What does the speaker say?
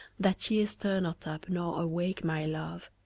that ye stir not up, nor awake my love,